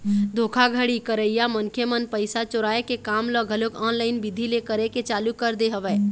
धोखाघड़ी करइया मनखे मन पइसा चोराय के काम ल घलोक ऑनलाईन बिधि ले करे के चालू कर दे हवय